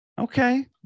okay